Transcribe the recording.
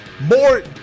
more